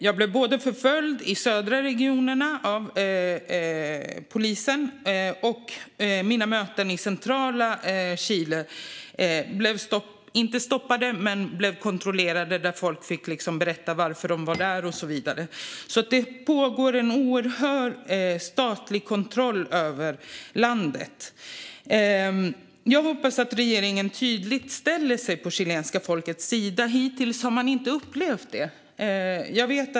Jag blev förföljd av polisen i de södra regionerna. Mina möten i centrala Chile blev inte stoppade men kontrollerade; folk fick berätta varför de var där och så vidare. Det pågår en oerhörd statlig kontroll över landet. Jag hoppas att regeringen tydligt ställer sig på chilenska folkets sida. Hittills har man inte upplevt det.